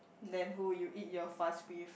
then who you eat you are fast with